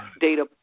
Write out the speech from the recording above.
data